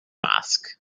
mask